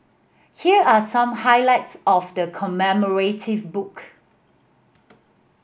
here are some highlights of the commemorative book